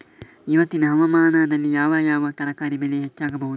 ಇವತ್ತಿನ ಹವಾಮಾನದಲ್ಲಿ ಯಾವ ಯಾವ ತರಕಾರಿ ಬೆಳೆ ಹೆಚ್ಚಾಗಬಹುದು?